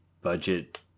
budget